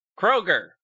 Kroger